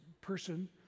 person